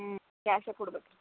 ಹ್ಞೂ ಕ್ಯಾಶೆ ಕೊಡ್ಬೇಕು ರೀ